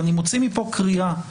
ואני מוציא מפה קריאה,